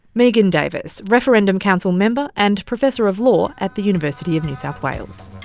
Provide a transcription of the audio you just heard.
megan davis, referendum council member and professor of law at the university of new south wales.